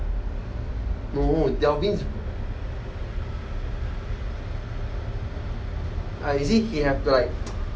no delvin 's ah you see he have to like